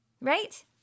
right